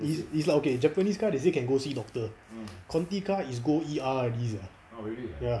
is is like okay japanese car they say can go see doctor conti car is go E_R already sia ya